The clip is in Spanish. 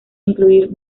incluir